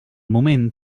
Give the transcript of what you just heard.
moment